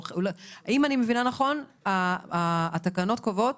אם אני מבינה נכון, התקנות קובעות